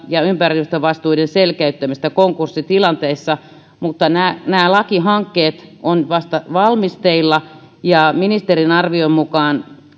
ja ympäristövastuiden selkeyttämistä konkurssitilanteissa mutta nämä nämä lakihankkeet ovat vasta valmisteilla ja ministerin arvion mukaan